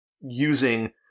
using